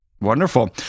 Wonderful